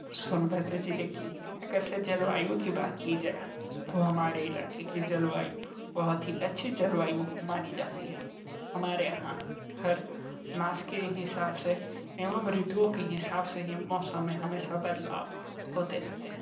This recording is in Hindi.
सोनभद्र जिले की अगर जैसे जलवायु की बात की जाए तो हमारे इलाके की जलवायु बहुत ही अच्छी जलवायु मानी जाती है हमारे यहाँ हर मास के हिसाब से एवं ऋतुओं के हिसाब से ही मौसम में हमेशा बदलाव होते रहते हैं